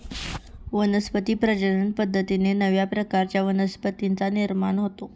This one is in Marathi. वनस्पती प्रजनन पद्धतीने नव्या प्रकारच्या वनस्पतींचा निर्माण होतो